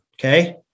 Okay